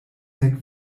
nek